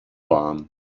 warm